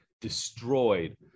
destroyed